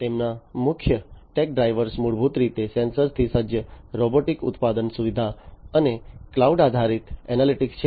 તેમના મુખ્ય tech drivers મૂળભૂત રીતે સેન્સરથી સજ્જ રોબોટિક ઉત્પાદન સુવિધા અને ક્લાઉડ આધારિત એનાલિટિક્સ છે